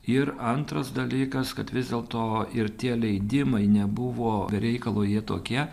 ir antras dalykas kad vis dėlto ir tie leidimai nebuvo reikalo jie tokie